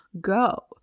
go